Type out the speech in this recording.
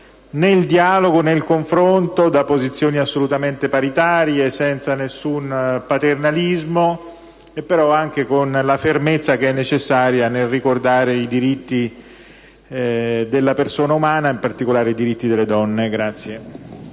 nel dialogo e nel confronto da posizioni assolutamente paritarie, senza nessun paternalismo, però anche con la fermezza che è necessaria nel ricordare i diritti della persona umana (in particolare delle donne).